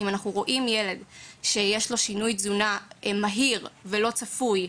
אבל אם אנחנו רואים ילד שיש לו שינוי תזונה מהיר ולא צפוי,